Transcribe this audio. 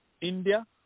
India